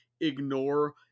ignore